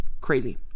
Crazy